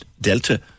Delta